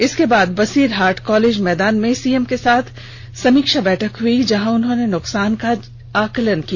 इसके बाद बसीरहाट कॉलेज मैदान में सीएम के साथ समीक्षा बैठक भी हुई जहां उन्होंने नुकसान का आकलन किया